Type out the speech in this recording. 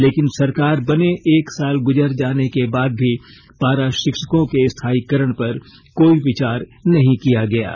लेकिन सरकार बने एक साल गुजर जाने के बाद भी पारा शिक्षकों के स्थायीकरण पर कोई विचार नहीं किया गया है